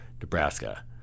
Nebraska